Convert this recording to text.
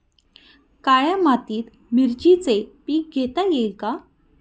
काळ्या मातीत मिरचीचे पीक घेता येईल का?